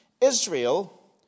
Israel